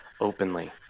openly